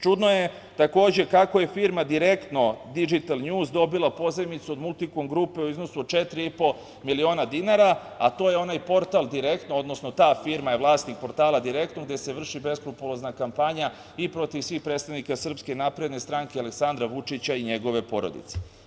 Čudno je, takođe, kako je firma direktno „Didžital Njuz“ dobila pozajmicu od „Multikom grupe“ u iznosu od 4,5 miliona dinara, a to je onaj portal, „Direktno“, odnosno ta firma je vlasnik portala „Direktno“ gde se vrši beskrupulozna kampanja i protiv svih predstavnika SNS, Aleksandra Vučića i njegove porodice.